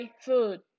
food